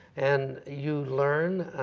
and you learn,